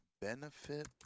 Benefit